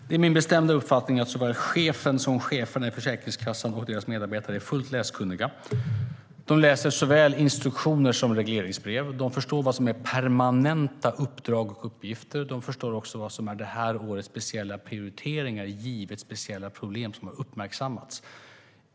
Herr talman! Det är min bestämda uppfattning att såväl chefer som medarbetare på Försäkringskassan är fullt läskunniga. De läser både instruktioner och regleringsbrev, och de förstår vad som är permanenta uppdrag och uppgifter men också vad som är det här årets speciella prioriteringar givet särskilda problem som har uppmärksammats.